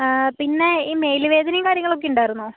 പിന്നെ ഈ മെല് വേദനയും കാര്യങ്ങളൊക്കെ ഉണ്ടായിരുന്നോ